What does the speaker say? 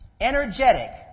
Energetic